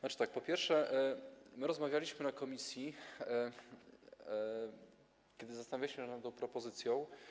Znaczy tak, po pierwsze, my rozmawialiśmy w komisji, kiedy zastanawialiśmy się nad tą propozycją.